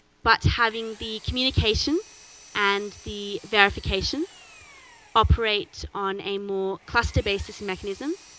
but having the communication and the verification operate on a more cluster-basis mechanism.